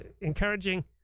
Encouraging